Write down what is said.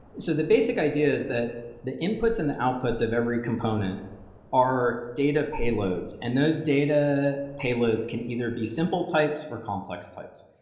so the basic idea is that the inputs and the outputs of every component are data payloads, and those data payloads can either be simple types or complex types.